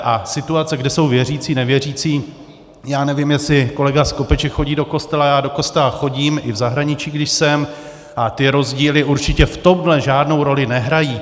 A situace, kde jsou věřící, nevěřící, já nevím, jestli kolega Skopeček chodí do kostela, já do kostela chodím i v zahraničí, když jsem, a ty rozdíly určitě v tomhle žádnou roli nehrají.